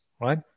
right